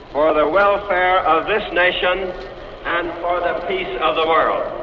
um ah the welfare of this nation and for the peace of the world.